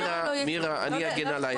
מירה, אני אגן עלייך.